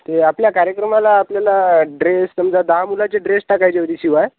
ते आपल्या कार्यक्रमाला आपल्याला ड्रेस समजा दहा मुलाचे ड्रेस टाकायची होती शिवाय